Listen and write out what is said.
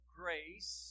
grace